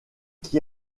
qui